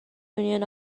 union